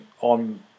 on